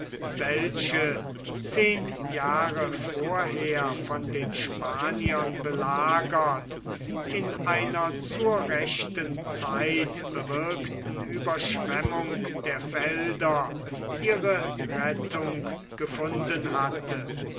welche zehn jahre vorher von den spaniern belagert in einer zur rechten zeit bewirkten ueberschwemmung der felder ihre rettung gefunden hatte